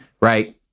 right